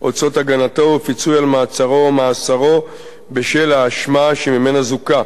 הוצאות הגנתו ופיצוי על מעצרו או מאסרו בשל ההאשמה שממנה זוכה.